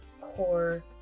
core